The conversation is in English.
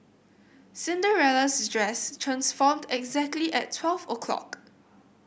Cinderella's dress transformed exactly at twelve o'clock